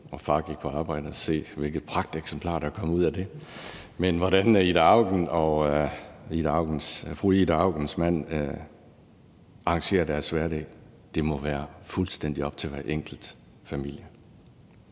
og far gik på arbejde – og se, hvilket pragteksemplar, der er kommet ud af det. Men hvordan fru Ida Auken og hendes mand arrangerer deres hverdag, må være fuldstændig op til dem. Det må